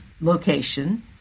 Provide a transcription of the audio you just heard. location